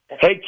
Hey